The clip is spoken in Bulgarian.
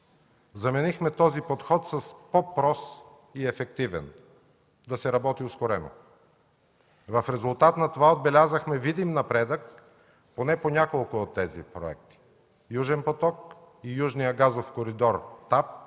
Заменихме този подход с по-прост и ефективен – да се работи ускорено. В резултат на това отбелязахме видим напредък поне по няколко от тези проекти – Южен поток и Южния газов коридор – ТАП,